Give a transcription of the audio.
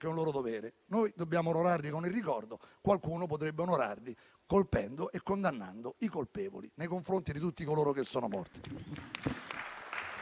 un loro dovere. Noi dobbiamo onorarli con il ricordo, qualcuno potrebbe onorarli colpendo e condannando i colpevoli, nei confronti di tutti coloro che sono morti.